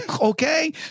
okay